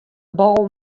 bal